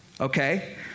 Okay